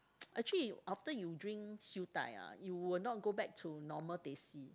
actually after you drink Siew Dai ah you will not go back to normal Teh C